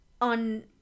on